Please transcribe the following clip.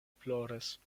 ploris